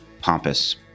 pompous